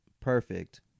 perfect